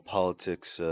politics